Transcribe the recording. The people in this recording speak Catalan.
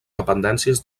dependències